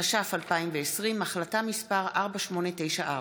התש"ף 2020, החלטה מס' 4894,